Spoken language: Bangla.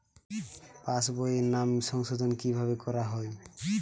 পাশ বইয়ে নাম সংশোধন কিভাবে করা হয়?